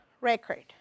record